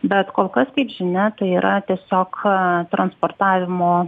bet kol kas tiek žinia tai yra tiesiog transportavimo